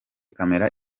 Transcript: camera